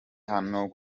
hano